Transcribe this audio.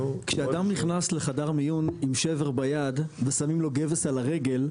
כשאדם נכנס לחדר מיון עם שבר ביד ושמים לו גבס על הרגל,